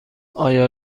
آیا